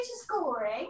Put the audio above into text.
scoring